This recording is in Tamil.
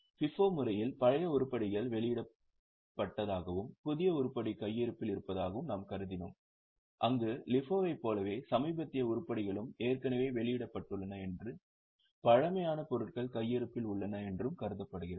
FIFO முறையில் பழைய உருப்படிகள் வெளியிடப்பட்டதாகவும் புதிய உருப்படி கையிருப்பில் இருப்பதாகவும் நாம் கருதினோம் அங்கு LIFO ஐப் போலவே சமீபத்திய உருப்படிகளும் ஏற்கனவே வெளியிடப்பட்டுள்ளன என்றும் பழமையான பொருட்கள் கையிருப்பில் உள்ளன என்றும் கருதப்படுகிறது